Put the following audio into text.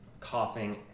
coughing